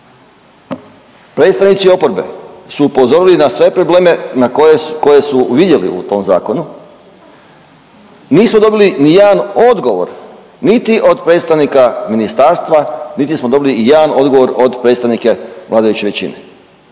Predstavnici oporbe su upozorili na sve probleme na koje, koje su vidjeli u tom zakonu. Nismo dobili ni jedan odgovor niti od predstavnika ministarstva, niti smo dobili ijedan odgovor od predstavnika vladajuće većine.